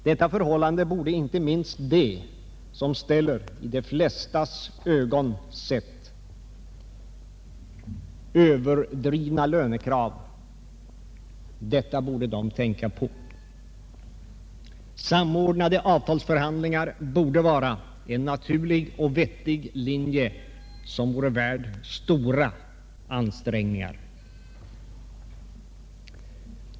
Detta förhållande borde inte minst de tänka på som ställer i de flestas ögon överdrivna lönckrav. Samordnade avtalsförhandlingar borde vara en naturlig och vettig linje som vore värd stora ansträngningar.